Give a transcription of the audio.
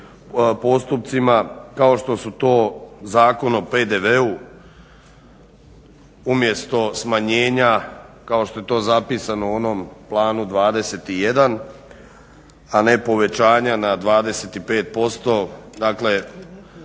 postupcima kao što su to Zakon o PDV-u. umjesto smanjenja kao što je to zapisano u onom Planu 21, a ne povećanja na 25% dakle